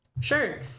Sure